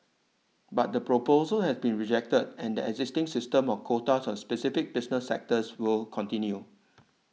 but the proposal has been rejected and the existing system of quotas on specific business sectors will continue